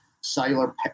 cellular